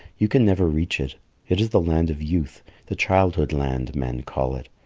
you can never reach it it is the land of youth the childhood land, men call it,